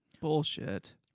Bullshit